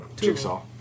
Jigsaw